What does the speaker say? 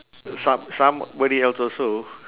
some somebody else also